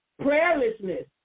prayerlessness